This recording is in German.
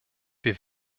wir